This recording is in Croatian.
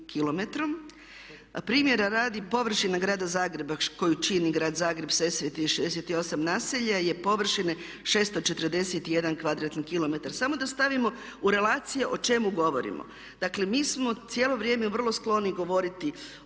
Primjera radi površina grada Zagreba koju čini grad Zagreb …/Govornik se ne razumije./… 68 naselja je površine 641 kvadratni kilometar. Samo da stavimo u relacije o čemu govorimo. Dakle mi smo cijelo vrijeme vrlo skloni govoriti o nekretninama,